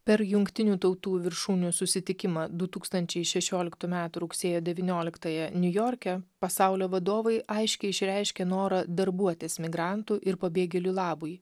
per jungtinių tautų viršūnių susitikimą du tūkstančiai šešioliktų metų rugsėjo devynioliktąją niujorke pasaulio vadovai aiškiai išreiškė norą darbuotis migrantų ir pabėgėlių labui